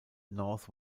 north